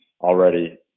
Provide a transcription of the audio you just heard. already